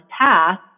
path